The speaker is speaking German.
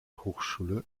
hochschule